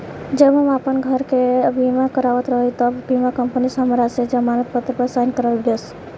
जब हम आपन घर के बीमा करावत रही तब बीमा कंपनी हमरा से जमानत पत्र पर साइन करइलस